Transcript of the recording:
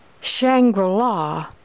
Shangri-La